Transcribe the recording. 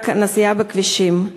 רק הנסיעה בכבישים.